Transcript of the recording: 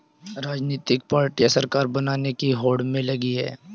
राजनीतिक पार्टियां सरकार बनाने की होड़ में लगी हैं